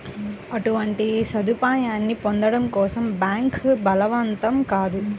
అటువంటి సదుపాయాన్ని పొందడం కోసం బ్యాంక్ బలవంతం కాదు